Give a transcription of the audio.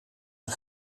een